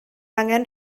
angen